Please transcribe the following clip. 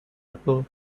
ago